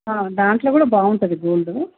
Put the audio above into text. దాంట్లో కూడా బాగుంటుంది గోల్డ్